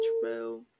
True